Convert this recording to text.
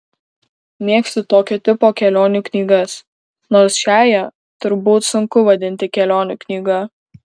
mėgstu tokio tipo kelionių knygas nors šiąją turbūt sunku vadinti kelionių knyga